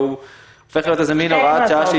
והוא הופך להיות מין הוראת שעה.